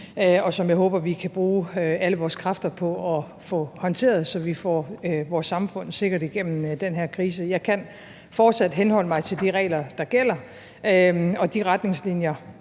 og som jeg håber vi kan bruge alle vores kræfter på at få håndteret, så vi får vores samfund sikkert igennem den her krise. Jeg kan fortsat henholde mig til de regler, der gælder, og de retningslinjer,